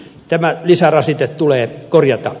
tämä lisärasite tulee korjata